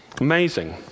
Amazing